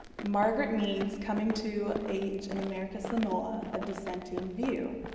margaret mead's coming to age in america samoa, a dissenting view.